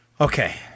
Okay